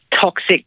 toxic